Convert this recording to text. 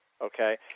Okay